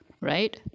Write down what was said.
right